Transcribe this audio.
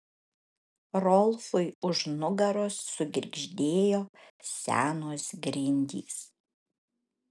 rolfui už nugaros sugirgždėjo senos grindys